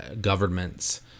governments